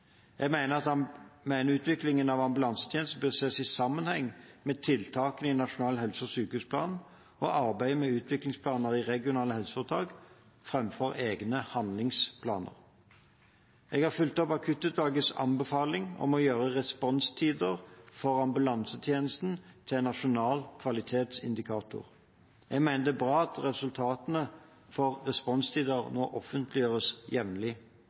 Jeg mener utviklingen av ambulansetjenesten bør ses i sammenheng med tiltakene i Nasjonal helse- og sykehusplan og arbeidet med utviklingsplaner i regionale helseforetak framfor egne handlingsplaner. Jeg har fulgt opp Akuttutvalgets anbefaling om å gjøre responstider for ambulansetjenesten til en nasjonal kvalitetsindikator. Jeg mener det er bra at resultatene for responstider nå offentliggjøres jevnlig.